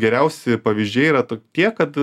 geriausi pavyzdžiai yra tokie kad